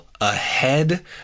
ahead